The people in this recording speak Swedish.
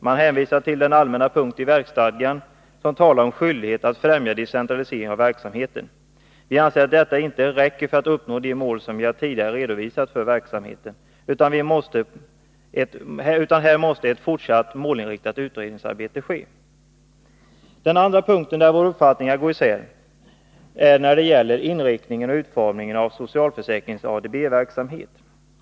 Den hänvisar till den punkt i verksstadgan som rent allmänt talar om skyldighet att främja decentralisering av verksamheten. Vi anser att detta inte räcker för att uppnå de mål för verksamheten som jag tidigare har redovisat, utan här måste ett fortsatta målinriktat utredningsarbete utföras. Den andra punkten där våra uppfattningar går isär är inriktningen och utformningen av socialförsäkringens ADB-verksamhet.